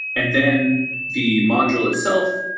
and then the module itself,